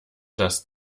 das